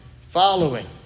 Following